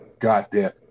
Goddamn